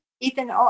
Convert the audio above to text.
ethan